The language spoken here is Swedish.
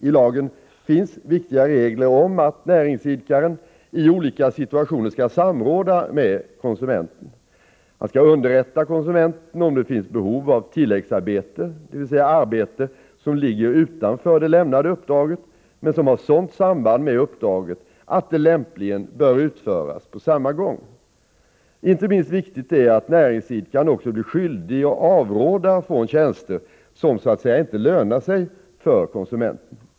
I lagen finns viktiga regler om att näringsidkaren i olika situationer skall samråda med konsumenten. Han skall underrätta konsumenten om det finns behov av tilläggsarbete, dvs. arbete som ligger utanför det lämnade uppdraget men som har sådant samband med uppdraget att det lämpligen bör utföras på samma gång. Inte minst viktigt är att näringsidkaren också blir skyldig att avråda från tjänster som så att säga inte lönar sig för konsumenten.